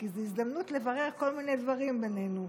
כי זו הזדמנות לברר כל מיני דברים בינינו.